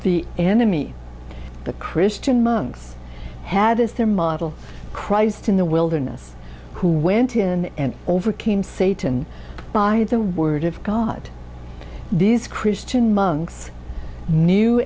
the enemy the christian monks had this their model christ in the wilderness who went in and overcame satan by the word of god these christian